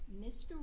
Mr